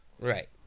Right